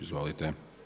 Izvolite.